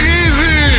easy